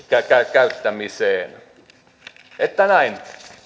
käyttämiseen että näin